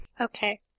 Okay